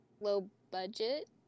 low-budget